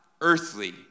earthly